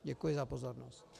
Děkuji za pozornost.